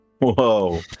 Whoa